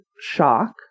shock